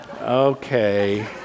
Okay